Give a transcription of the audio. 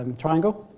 um triangle,